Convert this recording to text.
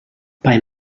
bei